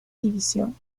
división